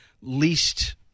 least